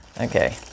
Okay